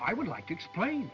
i would like to explain